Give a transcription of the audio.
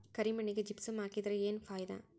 ಕರಿ ಮಣ್ಣಿಗೆ ಜಿಪ್ಸಮ್ ಹಾಕಿದರೆ ಏನ್ ಫಾಯಿದಾ?